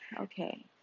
Okay